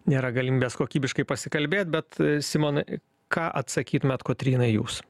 nėra galimybės kokybiškai pasikalbėt bet simonai ką atsakytumėt kotrynai jūs